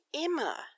Emma